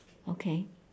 okay